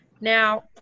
Now